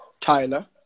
Tyler